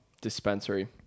dispensary